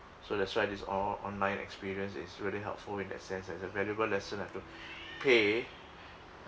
so that's why this all online experience is really helpful in that sense as a valuable lesson I have to pay